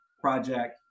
project